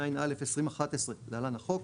התשע"א-2011 (להלן החוק),